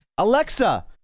Alexa